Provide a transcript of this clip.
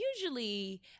usually